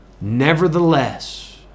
Nevertheless